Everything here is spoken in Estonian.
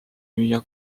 müüa